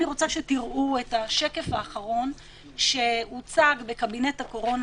אני רוצה שתראו את השקף האחרון שהוצג בקבינט הקורונה